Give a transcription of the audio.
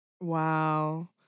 Wow